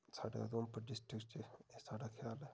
साढ़े उधमपुर डिस्ट्र्क च एह् साढ़ा ख्याल ऐ